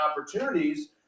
opportunities